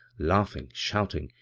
laugh ing, shouting,